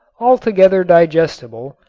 altogether digestible,